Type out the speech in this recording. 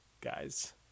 guys